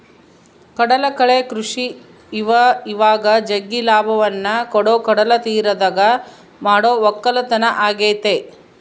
ಕಡಲಕಳೆ ಕೃಷಿ ಇವಇವಾಗ ಜಗ್ಗಿ ಲಾಭವನ್ನ ಕೊಡೊ ಕಡಲತೀರದಗ ಮಾಡೊ ವಕ್ಕಲತನ ಆಗೆತೆ